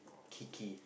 Keke